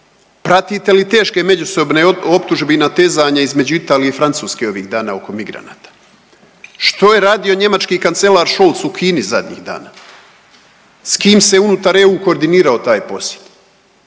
Pratite li teške međusobne optužbe i natezanje između Italije i Francuske ovih dana oko migranata? Što je radio njemački kancelar Scholz u Kini zadnjih dana? S kim se unutar EU koordinirao taj posjet?